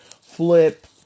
flip